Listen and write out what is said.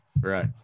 right